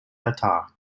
altar